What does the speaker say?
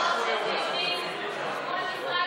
דיונים מול משרד